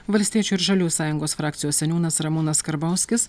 valstiečių ir žaliųjų sąjungos frakcijos seniūnas ramūnas karbauskis